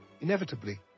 inevitably